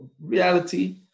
reality